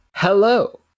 Hello